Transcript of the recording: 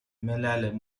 ملل